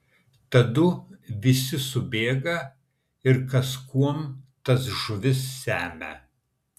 tadu visi subėga ir kas kuom tas žuvis semia